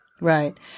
Right